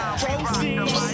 proceed